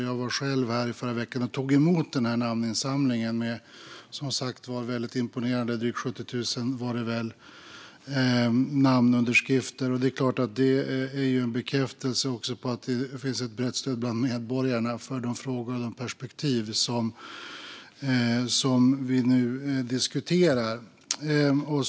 Jag tog själv i förra veckan emot namninsamlingen, som var imponerande, med drygt 70 000 namnunderskrifter. Det är också en bekräftelse på att det finns ett brett stöd bland medborgarna för de frågor och perspektiv som vi nu diskuterar.